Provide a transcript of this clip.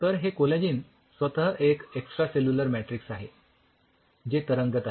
तर हे कोलॅजिन स्वतः एक एक्सट्रासेल्युलर मॅट्रिक्स आहे जे तरंगत आहे